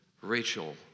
Rachel